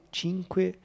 cinque